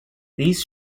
these